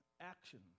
action